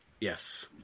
Yes